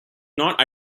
not